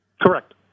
Correct